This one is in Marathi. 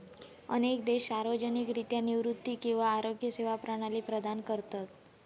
अनेक देश सार्वजनिकरित्या निवृत्ती किंवा आरोग्य सेवा प्रणाली प्रदान करतत